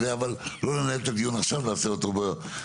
אבל לא ננהל את הדיון עכשיו, נעשה אותו במיוחד.